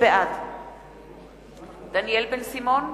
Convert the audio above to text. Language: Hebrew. בעד דניאל בן-סימון,